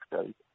state